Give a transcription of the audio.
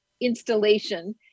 installation